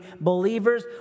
believers